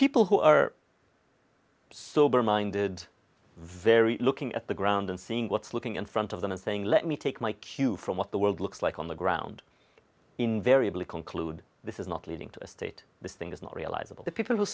people who are sober minded very looking at the ground and seeing what's looking in front of them and saying let me take my cue from what the world looks like on the ground invariably conclude this is not leading to a state this thing is not realizable the people who